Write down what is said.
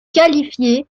qualifier